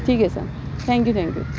ٹھیک ہے sir thank you thank you